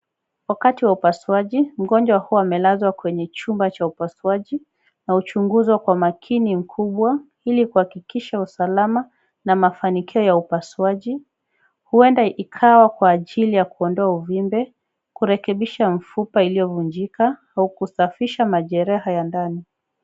Wakati wa upasuaji. Mgonjwa huwa amelazwa kwenye chumba cha upasuaji na huchunguzwa kwa makini mkubwa ili kuhakikisha usalama na mafanikio ya upasuaji, huenda ikawa kwa ajili ya kuondoa uvimbe, kurekebisha mfupa uliovunjika au kusafisha majeraha ya ndani.